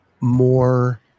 more